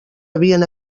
havien